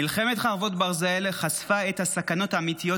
מלחמת חרבות ברזל חשפה את הסכנות האמיתיות